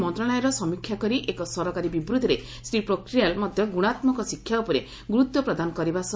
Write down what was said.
ମନ୍ତ୍ରଣାଳୟର ସମୀକ୍ଷା କରି ଏକ ସରକାରୀ ବିବୃତ୍ତିରେ ଶ୍ରୀ ପୋଖରିଆଲ୍ ମଧ୍ୟ ଗୁଣାତ୍ମକ ଶିକ୍ଷା ଉପରେ ଗୁରୁତ୍ୱ ପ୍ରଦାନ କରିଥିଲେ